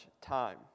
time